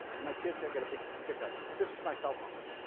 um my kids they're gonna be kicked out of this. this is my cell phone,